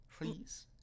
Please